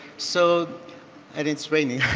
so and it's raining.